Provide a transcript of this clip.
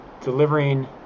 delivering